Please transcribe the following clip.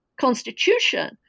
Constitution